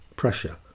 pressure